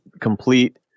complete